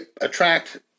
attract